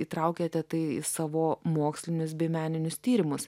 įtraukiate tai į savo mokslinius bei meninius tyrimus